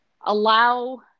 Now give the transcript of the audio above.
allow –